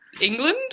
England